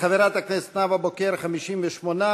חברת הכנסת נאוה בוקר, 58,